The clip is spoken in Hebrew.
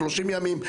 שלושים ימים,